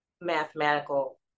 mathematical